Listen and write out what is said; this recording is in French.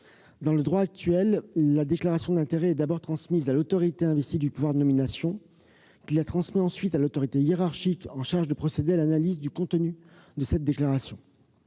Dans le droit actuel, la déclaration d'intérêts est d'abord transmise à l'autorité investie du pouvoir de nomination, qui la communique ensuite à l'autorité hiérarchique chargée de procéder à l'analyse du contenu de la déclaration.